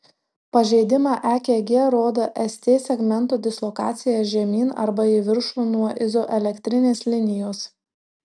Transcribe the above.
pažeidimą ekg rodo st segmento dislokacija žemyn arba į viršų nuo izoelektrinės linijos